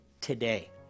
today